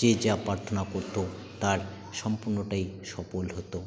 যে যা প্রার্থনা করত তার সম্পূর্ণটাই সফল হতো